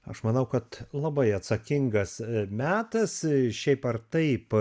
aš manau kad labai atsakingas metas šiaip ar taip